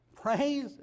Praise